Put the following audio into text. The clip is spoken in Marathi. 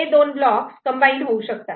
हे दोन ब्लॉक्स कम्बाईन होऊ शकतात